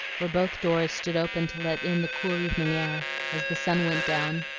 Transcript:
where both doors stood open to let in the cool evening air, as the sun went down,